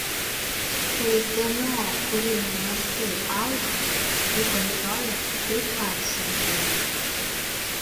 kai gmo kūrimo mastai auga jų kontrolė taip pat sunkėja